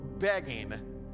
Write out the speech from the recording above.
begging